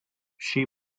she